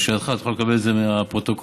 תוכל לקבל את זה מהפרוטוקול.